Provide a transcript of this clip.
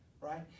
right